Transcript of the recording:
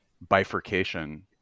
bifurcation